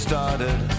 started